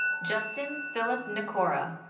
jistin filip nicoara.